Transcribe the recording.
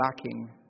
lacking